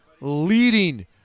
leading